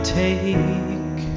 take